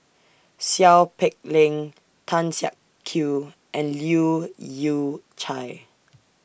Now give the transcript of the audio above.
Seow Peck Leng Tan Siak Kew and Leu Yew Chye